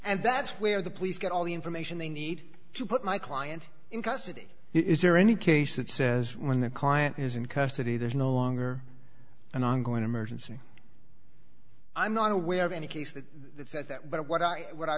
and that's where the police get all the information they need to put my client in custody is there any case that says when the current is in custody there's no longer an ongoing emergency i'm not aware of any case that says that but what i what i